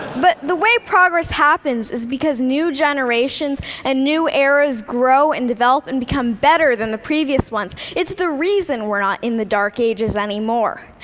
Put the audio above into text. but the way progress happens, is because new generations and new eras grow and develop and become better than the previous ones. it's the reason we're not in the dark ages anymore.